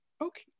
okay